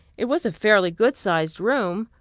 it was a fairly good-sized room,